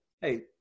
hey